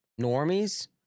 normies